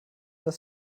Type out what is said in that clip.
das